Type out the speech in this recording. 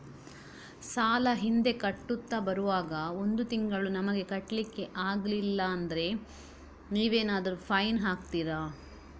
ಸಾಲ ಹಿಂದೆ ಕಟ್ಟುತ್ತಾ ಬರುವಾಗ ಒಂದು ತಿಂಗಳು ನಮಗೆ ಕಟ್ಲಿಕ್ಕೆ ಅಗ್ಲಿಲ್ಲಾದ್ರೆ ನೀವೇನಾದರೂ ಫೈನ್ ಹಾಕ್ತೀರಾ?